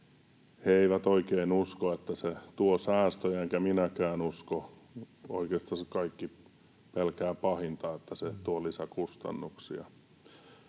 He eivät oikein usko, että se tuo säästöjä, enkä minäkään usko. Oikeastansa kaikki pelkäävät pahinta, että se tuo lisäkustannuksia.